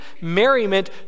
merriment